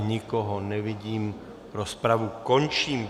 Nikoho nevidím, rozpravu končím.